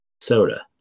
soda